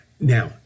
Now